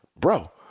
Bro